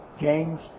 James